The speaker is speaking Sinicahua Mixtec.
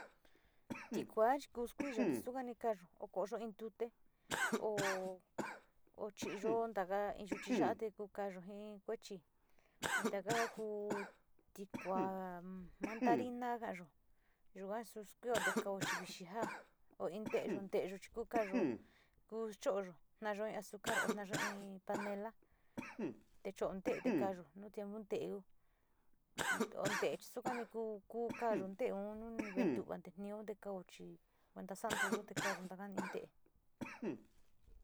Tikuá kuxkuiyo xuka nii kayo'ó, okoyo iin nduté ho choyo ndaga iin yuchí ya'á tiyayuu yeen kuechi ndanga kuu tikua mandarina, nayo'o yuxnga xuxkió ndeko'o yuxhinga ho iindeyu teyuu chikukayó, kuu yo'ó yó nayo'o azucar nayó iin panela, techonde nikayó nuu teon nondeó ón té tizukaní kuu kukayuu ndé ón undekuande nión ndekauchí ndekaxan duyute cayuu ndakani té.